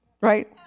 Right